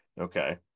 okay